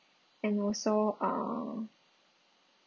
and also uh